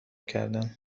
کردن